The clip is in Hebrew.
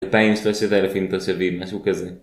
זה פעים שתעשי את העיר הפינית על שבילי, נעשו כזה.